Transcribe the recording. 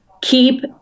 keep